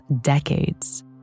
decades